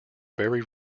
very